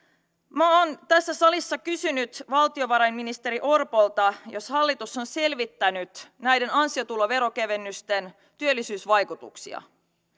minä olen tässä salissa kysynyt valtiovarainministeri orpolta onko hallitus selvittänyt näiden ansiotuloveron kevennysten työllisyysvaikutuksia